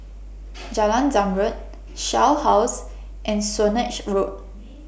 Jalan Zamrud Shell House and Swanage Road